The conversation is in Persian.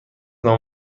نام